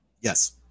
Yes